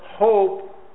Hope